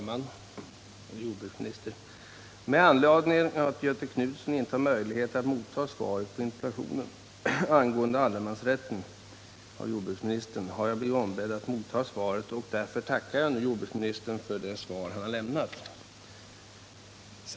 Herr talman! Med anledning av att Göthe Knutson inte har möjlighet att av jordbruksministern motta svaret på interpellationen angående allemansrätten har jag blivit ombedd att göra det. Därför tackar jag nu jordbruksministern för det svar han har lämnat.